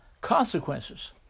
consequences